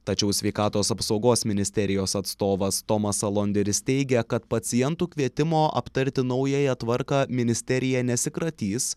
tačiau sveikatos apsaugos ministerijos atstovas tomas alonderis teigia kad pacientų kvietimo aptarti naująją tvarką ministerija nesikratys